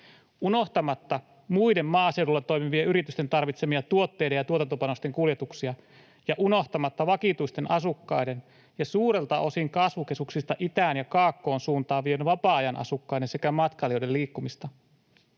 unohtamatta muiden maaseudulla toimivien yritysten tarvitsemia tuotteiden ja tuotantopanosten kuljetuksia ja unohtamatta vakituisten asukkaiden ja suurelta osin kasvukeskuksista itään ja kaakkoon suuntaavien vapaa-ajan asukkaiden sekä matkailijoiden liikkumista,